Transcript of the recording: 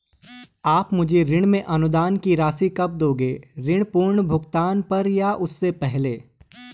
आप मुझे ऋण में अनुदान की राशि कब दोगे ऋण पूर्ण भुगतान पर या उससे पहले?